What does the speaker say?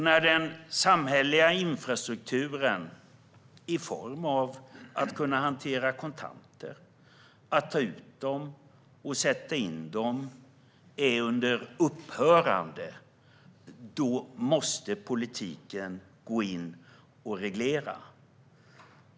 När den samhälleliga infrastrukturen, i form av att kunna hantera kontanter och att ta ut dem och sätta in dem, är under upphörande, måste politiken gå in och reglera.